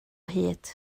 hyd